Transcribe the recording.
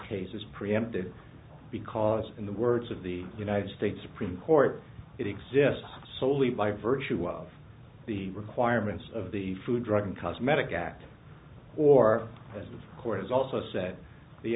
case is preempted because in the words of the united states supreme court it exists solely by virtue of the requirements of the food drug and cosmetic act or as of course has also said the